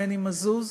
מני מזוז,